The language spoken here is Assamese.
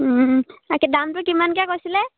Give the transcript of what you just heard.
তাকে দামটো কিমানকৈ কৈছিলে